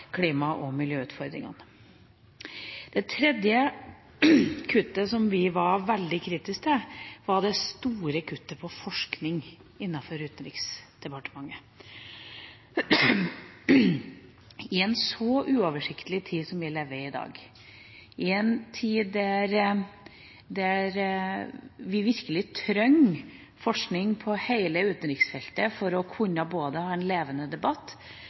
klima- og miljøutfordringene. Det tredje kuttet som vi var veldig kritisk til, var det store kuttet på forskning innenfor Utenriksdepartementet – i en så uoversiktlig tid som vi lever i i dag. I en tid da vi virkelig trenger forskning på hele utenriksfeltet – for å kunne ha både en levende debatt